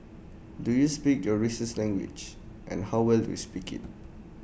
do you speak your race's language and how well do you speak IT